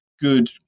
good